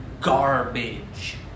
garbage